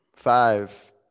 Five